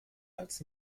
als